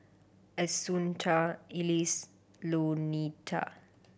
Assunta Ellis Louetta